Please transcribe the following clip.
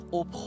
op